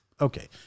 Okay